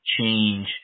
change